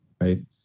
right